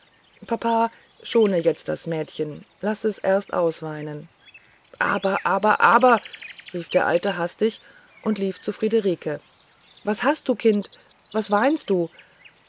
papa schone jetzt das mädchen laß es erst ausweinen aber aber aber rief der alte hastig und lief zu friederike was hast du kind was weinst du